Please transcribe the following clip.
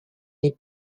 les